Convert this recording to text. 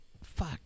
fuck